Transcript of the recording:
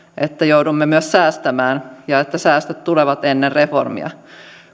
että joudumme myös säästämään ja että säästöt tulevat ennen reformia